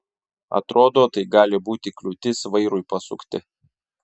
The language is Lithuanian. atrodo tai gali būti kliūtis vairui pasukti